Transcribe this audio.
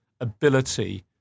ability